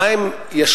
מה הם ישפיעו,